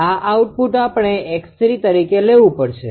આ આઉટપુટ આપણે 𝑥3 તરીકે લેવું પડશે